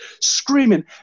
screaming